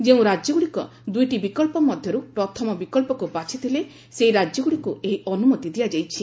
ଯେଉଁ ରାଜ୍ୟଗୁଡ଼ିକ ଦୁଇଟି ବିକଳ୍ପ ମଧ୍ୟରୁ ପ୍ରଥମ ବିକଳ୍ପକୁ ବାଛିଥିଲେ ସେହି ରାଜ୍ୟଗୁଡ଼ିକୁ ଏହି ଅନୁମତି ଦିଆଯାଇଛି